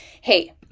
Hey